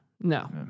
no